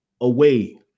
away